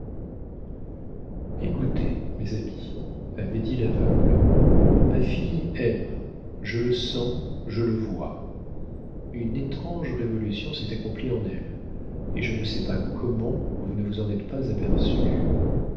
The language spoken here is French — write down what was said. écoutez mes amis avait dit l'aveugle ma fille aime je le sens je le vois une étrange révolution s'est accomplie en elle et je ne sais pas comment vous ne vous en êtes pas aperçus